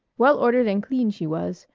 well ordered and clean she was,